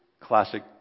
classic